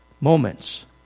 moments